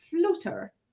Flutter